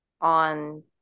on